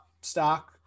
stock